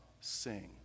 sing